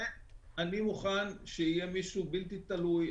אני מוכן שיהיה מישהו בלתי תלוי,